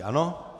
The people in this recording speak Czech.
Ano?